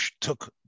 took